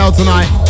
tonight